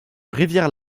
rivière